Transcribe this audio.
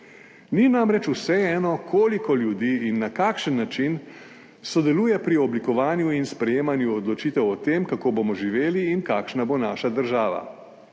Ni namreč vseeno koliko ljudi in na kakšen način sodeluje pri oblikovanju in sprejemanju odločitev o tem kako bomo živeli in kakšna bo naša država.